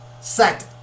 set